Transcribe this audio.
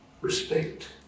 respect